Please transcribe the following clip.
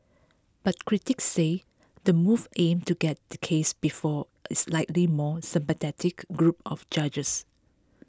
but critics said the move aimed to get the case before a likely more sympathetic group of judges